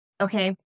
okay